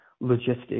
logistics